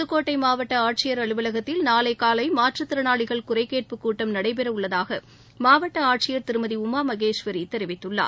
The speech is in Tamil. புதுக்கோட்டை மாவட்ட ஆட்சியர் அலுவலகத்தில் நாளை காலை மாற்றத் திறனாளிகள் குறை கேட்புக் கூட்டம் நடைபெற உள்ளதாக மாவட்ட ஆட்சியர் திருமதி உமா மகேஸ்வரி தெரிவித்துள்ளார்